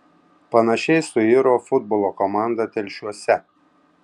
panašiai suiro futbolo komanda telšiuose